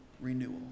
renewal